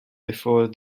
before